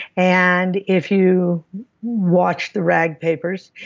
and if you watch the rag papers,